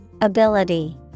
Ability